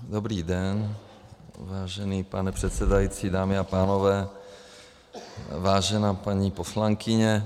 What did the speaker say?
Dobrý den, vážený pane předsedající, dámy a pánové, vážená paní poslankyně.